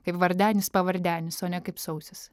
kaip vardenis pavardenis o ne kaip sausis